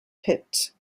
pit